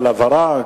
על ההבהרה,